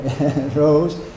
Rose